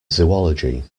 zoology